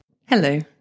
Hello